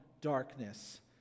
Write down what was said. darkness